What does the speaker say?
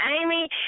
Amy